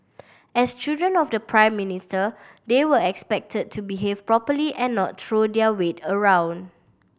as children of the Prime Minister they were expected to behave properly and not throw their weight around